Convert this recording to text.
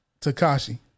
Takashi